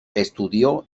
estudió